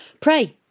Pray